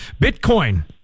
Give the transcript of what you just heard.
Bitcoin